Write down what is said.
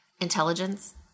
intelligence